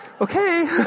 Okay